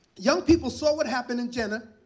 young people saw what happened in jena.